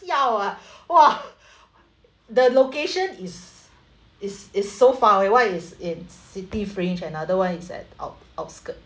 siao ah !wah! the location is is is so far away one is in city fringe another [one] is at out~ outskirt